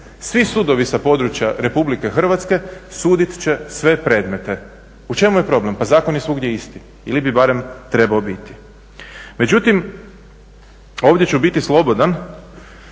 Svi sudovi sa područja RH sudit će sve predmete. U čemu je problem? Pa zakon je svugdje isti, ili bi barem trebao biti. Međutim, ovdje ću biti slobodan